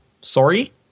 Sorry